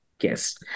Yes